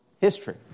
history